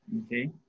okay